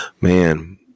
Man